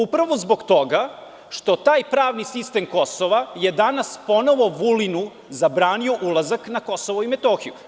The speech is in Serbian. Upravo zbog toga što je taj pravni sistem Kosova danas ponovo Vulinu zabranio ulazak na Kosovo i Metohiju.